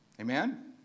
Amen